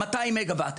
200 מגה וואט.